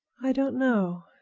i don't know.